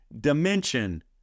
dimension